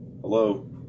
Hello